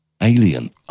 alien